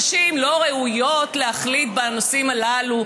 נשים לא ראויות להחליט בנושאים הללו.